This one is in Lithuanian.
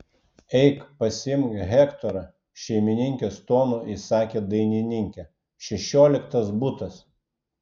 eik pasiimk hektorą šeimininkės tonu įsakė dainininkė šešioliktas butas